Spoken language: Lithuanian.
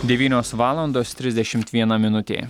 devynios valandos trisdešimt viena minutė